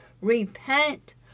repent